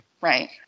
Right